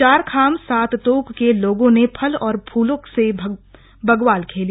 चार खाम सांत तोक के लोगों ने फल और फूलों से बग्वाल खेली